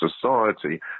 society